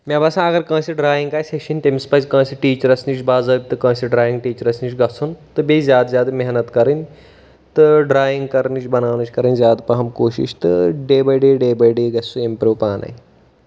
مےٚ باسان اگر کٲنٛسہِ ڈرایِنٛگ آسہِ ہیٚچھِنۍ تٔمِس پَزِ کٲنٛسہِ ٹیٖچرَس نِش باضٲبطہٕ کٲنٛسہِ ڈرٛایِنٛگ ٹیٖچرَس نِش گژھُن تہٕ بیٚیہِ زیادٕ زیادٕ محنت کَرٕنۍ تہٕ ڈرٛایِنٛگ کَرنٕچ بَناونٕچ کَرٕنۍ زیادٕ پَہَم کوٗشِش تہٕ day by day day by day گژھِ سُہ اِمپرٛوٗ پانَے